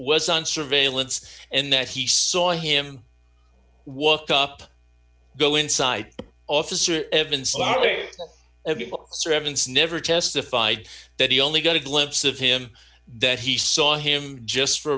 was on surveillance and that he saw him walk up go inside officer evan sorry never testified that he only got a glimpse of him that he saw him just for